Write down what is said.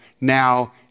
now